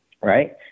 right